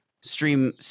stream